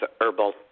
herbal